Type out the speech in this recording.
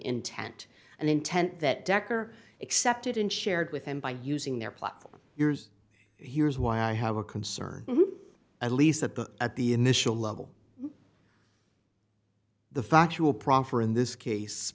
intent and intent that decker excepted and shared with him by using their platform here's here's why i have a concern at least at the at the initial level the factual proffer in this case